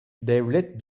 devlet